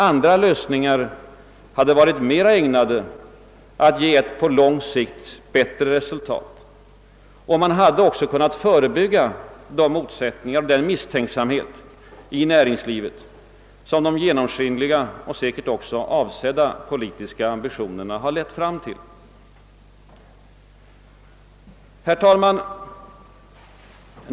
Andra lösningar hade varit mera ägnade att ge ett på lång sikt bättre resultat, och man hade också kunnat förebygga de motsättningar och den misstänksamhet i näringslivet, som de genomskinliga och säkerligen också avsedda politiska ambitionerna har lett till. Herr talman!